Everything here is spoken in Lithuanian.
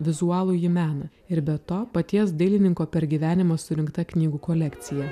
vizualųjį meną ir be to paties dailininko per gyvenimą surinkta knygų kolekcija